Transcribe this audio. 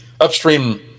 upstream